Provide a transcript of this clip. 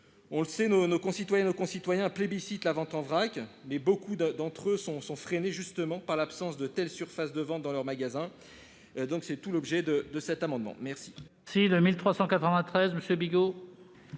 On le sait, nos concitoyennes et nos concitoyens plébiscitent la vente en vrac, mais beaucoup d'entre eux sont freinés par l'absence de telles surfaces de vente dans leurs magasins. Tel est l'objet de notre amendement.